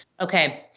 Okay